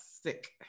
sick